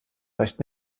reicht